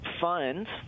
funds –